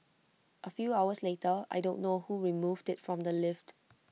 A few hours later I don't know who removed IT from the lift